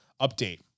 Update